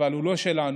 הוא לא שלנו,